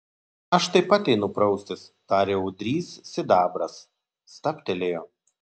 aš taip pat einu praustis tarė ūdrys sidabras stabtelėjo